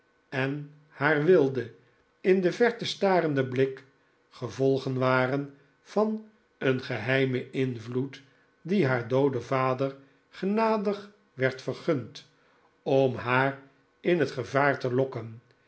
en haar wilde in de verte starende blik gevolgen waren van een geheimen invloed die haar dooden vader genadig werd vergund om haar in het gevaar te lokken